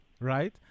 right